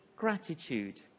gratitude